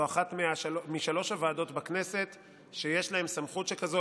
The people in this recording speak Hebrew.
זו אחת משלוש הוועדות בכנסת שיש להן סמכות שכזאת,